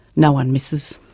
no one misses.